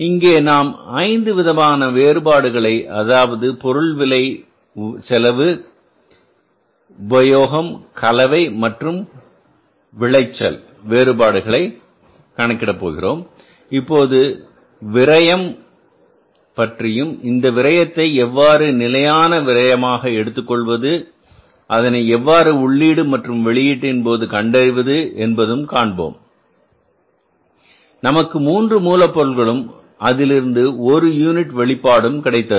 இங்கே நாம் ஐந்து விதமான வேறுபாடுகளை அதாவது பொருளின் விலை செலவு உபயோகம் கலவை மற்றும் விரைவில் விளைச்சல் வேறுபாடுகளை கணக்கிட போகிறோம் இப்போது விரையம் பற்றியும் அந்த விரையத்தை எவ்வாறு நிலையான விரயமாக எடுத்துக்கொள்வது அதனை எவ்வாறு உள்ளீடு மற்றும் வெளியீட்டின்போது கண்டறிவது என்பதும் காண்போம் நமக்கு மூன்று மூலப்பொருள்களும் அதிலிருந்து ஒரு யூனிட் வெளிப்பாடும் கிடைத்தது